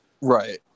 Right